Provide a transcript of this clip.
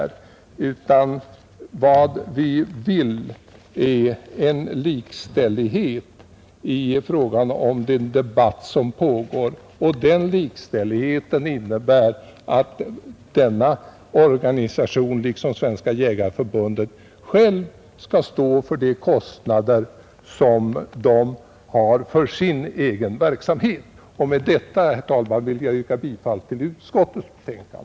Vad vi vill är en likställighet i den debatt som pågår, och den likställigheten innebär att Jägarnas riksförbund—Landsbygdens jägare, liksom Svenska jägareförbundet, själv skall stå för de kostnader som man har för sin egen verksamhet. Med detta, herr talman, vill jag yrka bifall till utskottets hemställan.